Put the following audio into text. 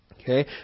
Okay